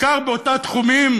בעיקר באותם תחומים